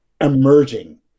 emerging